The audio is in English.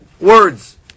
words